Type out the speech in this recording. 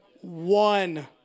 one